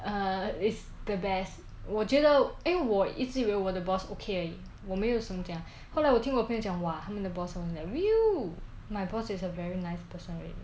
err is the best 我觉得因为我一直以为我的 boss okay 而已我没有什么讲这样后来我听我的朋友讲 !wah! 他们的 boss so mean !wah! view my boss is a very nice person right